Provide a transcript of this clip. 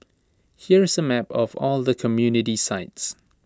here is A map of all the community sites